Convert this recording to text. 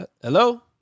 Hello